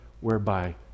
whereby